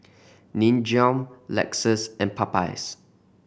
Nin Jiom Lexus and Popeyes